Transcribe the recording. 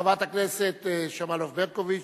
חברת הכנסת שמאלוב-ברקוביץ,